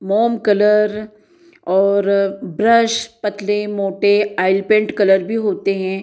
मोम कलर और ब्रश पतले मोटे आइल पेंट कलर भी होते है